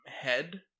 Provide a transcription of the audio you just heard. Head